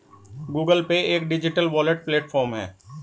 Google Pay एक digital wallet platform है